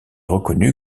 reconnue